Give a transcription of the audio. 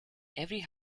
every